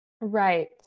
Right